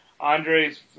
Andre's